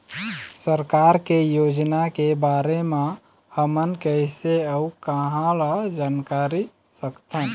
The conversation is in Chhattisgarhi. सरकार के योजना के बारे म हमन कैसे अऊ कहां ल जानकारी सकथन?